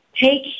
take